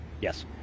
Yes